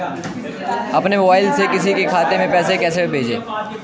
अपने मोबाइल से किसी के खाते में पैसे कैसे भेजें?